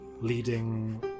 leading